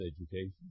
education